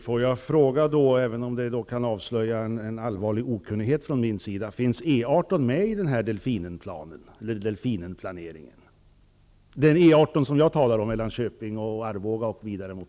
Herr talman! Får jag fråga, även om det kan avslöja en allvarlig okunnighet från min sida, om E 18 finns med i Delfinanslaget? Det E 18 jag talar om är sträckan mellan Köping och Arboga och vidare mot